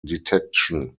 detection